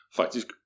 faktisk